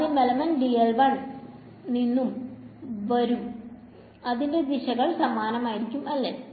ആദ്യം എലമെന്റ് നിന്നും വരും അർഹിന്റെ ദിശകൾ സമാനമായിരിക്കും അല്ലെ